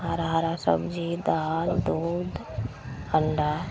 हरा हरा सबजी दालि दूध अण्डा